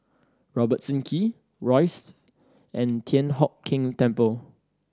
Robertson Quay Rosyth and Thian Hock Keng Temple